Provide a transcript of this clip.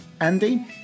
Andy